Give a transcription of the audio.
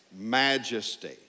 majesty